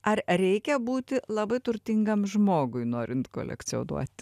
ar reikia būti labai turtingam žmogui norint kolekcionuoti